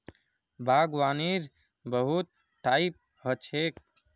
बागवानीर बहुत टाइप ह छेक